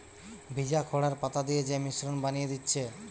ভিজা খড় আর পাতা দিয়ে যে মিশ্রণ বানিয়ে দিচ্ছে